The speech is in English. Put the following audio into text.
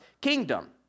kingdom